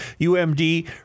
UMD